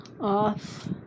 off